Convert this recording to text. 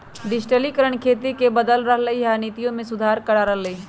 डिजटिलिकरण खेती के बदल रहलई ह आ नीति में सुधारो करा रह लई ह